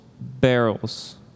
barrels